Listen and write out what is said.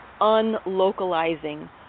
unlocalizing